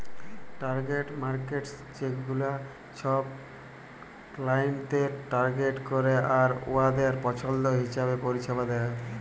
target markets ছেগুলা ছব ক্লায়েন্টদের টার্গেট ক্যরে আর উয়াদের পছল্দ হিঁছাবে পরিছেবা দেয়